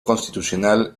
constitucional